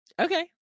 Okay